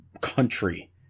country